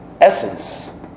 essence